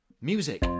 music